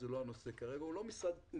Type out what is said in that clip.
זה לא הנושא כרגע הוא משרד קטן.